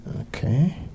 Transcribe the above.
Okay